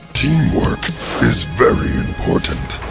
team work is very important.